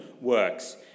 works